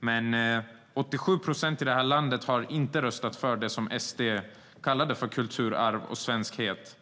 mig det. 87 procent av väljarna i det här landet har inte röstat på det som SD kallar för kulturarv och svenskhet.